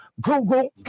Google